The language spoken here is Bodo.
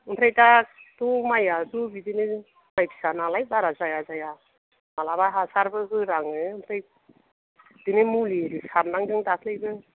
ओमफ्राय दाथ' माइयाथ' बिदिनो माइ फिसा नालाय बारा जाया जाया माब्लाबा हासारबो होनाङो ओमफ्राय बिदिनो मुलि सारनांदों दाख्लैबो